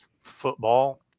Football